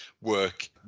work